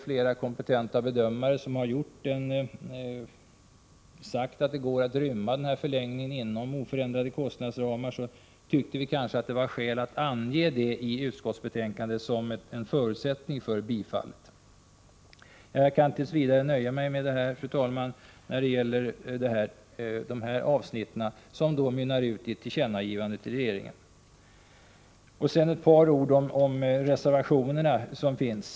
Flera kompetenta bedömare har sagt att det går att rymma denna förlängning inom oförändrade kostnadsramar. Vi inom de övriga partierna tyckte därför att det fanns skäl att ange detta i utskottsbetänkandet som en förutsättning för bifallet till förlängningen. Fru talman! Jag kan tills vidare nöja mig med dessa kommentarer beträffande de här avsnitten, vilka mynnar ut i ett tillkännagivande till regeringen. Sedan vill jag säga några ord om de reservationer som har avgivits.